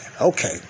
Okay